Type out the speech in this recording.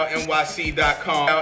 nyc.com